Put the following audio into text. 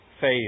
phase